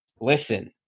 Listen